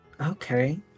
Okay